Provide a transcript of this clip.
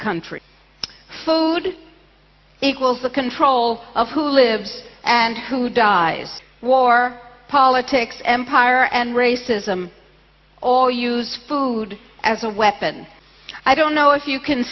countries food equals the control of who lives and who dies war politics empire and racism all use food as a weapon i don't know if you can